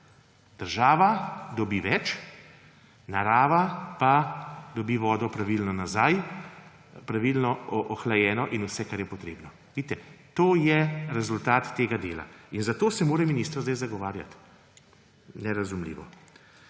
Država dobi več, narava pa dobi vodo pravilno nazaj, pravilno ohlajeno in vse, kar je potrebno. Vidite, to je rezultat tega dela. In zato se mora minister zdaj zagovarjati? Nerazumljivo.